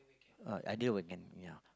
uh idea we can yeah